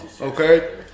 Okay